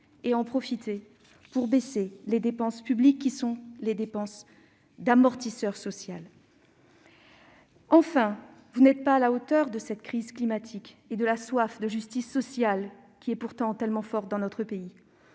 et en profiter pour baisser les dépenses publiques, qui ont pourtant un rôle d'amortisseur social. Enfin, vous n'êtes pas à la hauteur de la crise climatique ni de la soif de justice sociale, pourtant tellement forte dans notre pays.